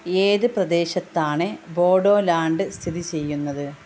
ഏത് പ്രദേശത്താണ് ബോഡോലാണ്ട് സ്ഥിതി ചെയ്യുന്നത്